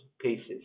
pieces